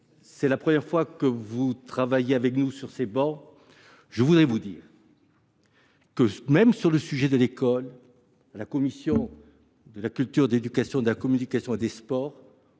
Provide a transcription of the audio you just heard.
c’est la première fois que vous travaillez avec nous dans cette assemblée, je tiens à vous assurer que, même sur le sujet de l’école, la commission de la culture, de l’éducation, de la communication et du sport